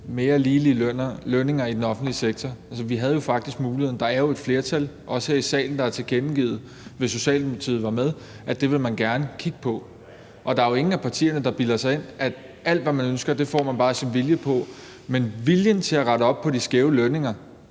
mere lige lønninger i den offentlige sektor. Altså, vi havde jo faktisk muligheden. Der er jo et flertal – også her i salen, hvis Socialdemokratiet var med – der har tilkendegivet, at det vil man gerne kigge på. Der er jo ingen af partierne, der bilder sig ind, at alt, hvad man ønsker, får man bare sin vilje på, men viljen til at rette op på de skæve lønninger